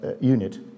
unit